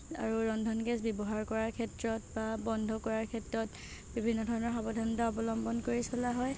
আৰু ৰন্ধন গেছ ব্যৱহাৰ কৰাৰ ক্ষেত্ৰত বা বন্ধ কৰাৰ ক্ষেত্ৰত বিভিন্ন ধৰণৰ সাৱধানতা অৱলম্বন কৰি চলা হয়